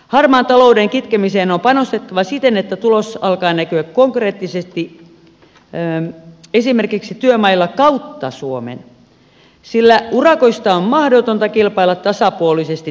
harmaan talouden kitkemiseen on panostettava siten että tulos alkaa näkyä konkreettisesti esimerkiksi työmailla kautta suomen sillä tällä hetkellä urakoista on mahdotonta kilpailla tasapuolisesti